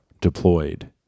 deployed